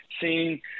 seeing –